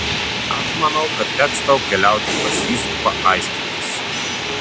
aš manau kad teks tau keliauti pas vyskupą aiškintis